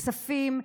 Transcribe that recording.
כספים,